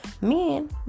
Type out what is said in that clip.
men